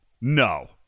no